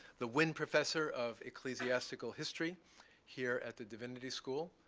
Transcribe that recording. the winn professor of ecclesiastical history here at the divinity school,